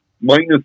minus